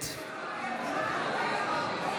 במקומות.